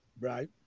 Right